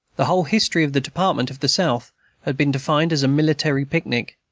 the whole history of the department of the south had been defined as a military picnic,